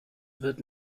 wird